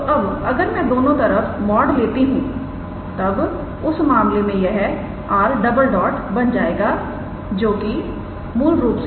तो अब अगर मैं दोनों तरफ मॉड लेती हूं तब उस मामले में यह 𝑟̈ बन जाएगा जोकि मूल रूप से